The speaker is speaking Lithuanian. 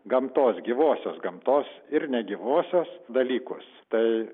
gamtos gyvosios gamtos ir negyvosios dalykus tai